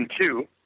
two